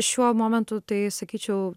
šiuo momentu tai sakyčiau